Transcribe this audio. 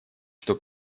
что